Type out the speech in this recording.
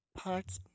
parts